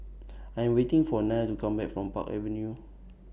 I'm waiting For Nile to Come Back from Park Avenue